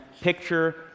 picture